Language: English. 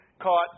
caught